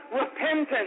repentance